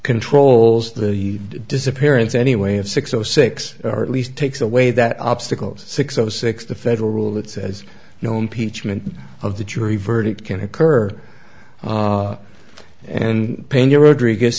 controls the disappearance anyway of six o six or at least takes away that obstacle six o six the federal rule that says no impeachment of the jury verdict can occur and pena rodrigue